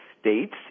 States